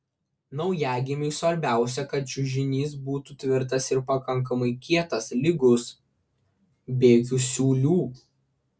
naujagimiui svarbiausia kad čiužinys būtų tvirtas ir pakankamai kietas lygus be jokių siūlių